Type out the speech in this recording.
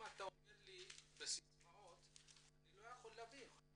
אם אתה אומר לי בסיסמאות אני לא יכול להבין.